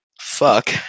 fuck